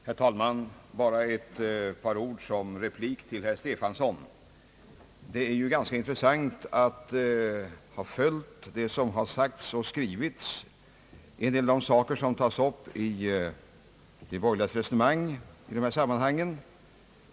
Herr talman! Bara ett par ord som replik till herr Stefanson. Det är ganska intressant att ha följt det som har sagts och skrivits i det här sammanhanget på borgerligt håll.